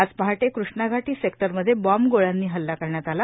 आज पहाटे कृष्णाघाटी सेक्टरमध्ये बॉम्ब गोळ्यांनी हल्ला करण्यात आला